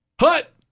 Hut